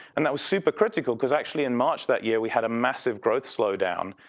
and that was super critical because actually in march that year, we had a massive growth slow down.